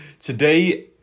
today